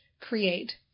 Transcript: create